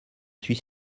suis